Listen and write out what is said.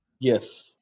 Yes